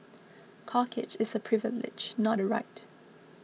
corkage is a privilege not a right